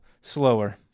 slower